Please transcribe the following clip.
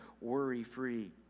worry-free